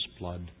blood